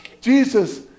Jesus